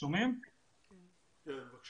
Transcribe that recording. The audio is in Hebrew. אני מאוד מאוד